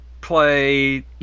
play